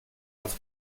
als